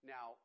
Now